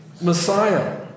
Messiah